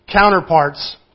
counterparts